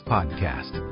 Podcast